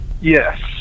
Yes